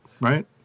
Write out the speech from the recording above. right